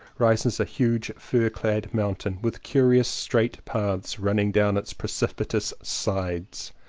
rises a huge fir-clad mountain, with curious straight paths running down its precipitous sides,